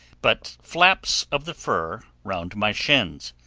but flaps of the fur round my shins.